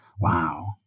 Wow